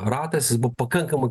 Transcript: ratas jis buvo pakankamai